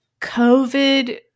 covid